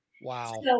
wow